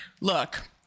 look